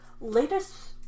latest